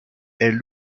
est